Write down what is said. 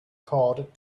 card